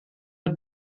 het